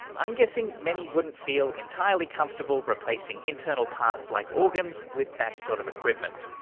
i'm guessing many wouldn't feel entirely comfortable replacing internal parts like organs with that sort of equipment.